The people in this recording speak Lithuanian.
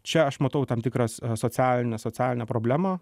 čia aš matau tam tikras socialines socialinę problemą